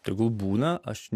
tegul būna aš